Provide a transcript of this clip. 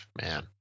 man